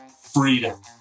freedom